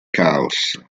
caos